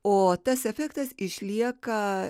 o tas efektas išlieka